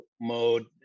mode